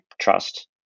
trust